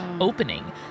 opening